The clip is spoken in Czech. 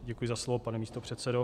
Děkuji za slovo, pane místopředsedo.